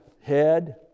head